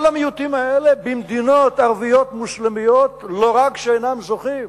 כל המיעוטים האלה במדינות ערביות מוסלמיות לא רק שאינם זוכים